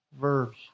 verbs